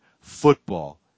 football